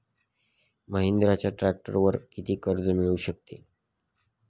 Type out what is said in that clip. महिंद्राच्या ट्रॅक्टरवर किती कर्ज मिळू शकते?